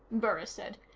burris said.